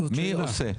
מי עושה?